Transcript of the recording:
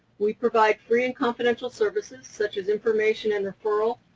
we provide free and confidential services, such as information and referral,